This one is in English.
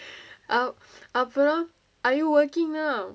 aw~ அப்புறம்:appuram are you working now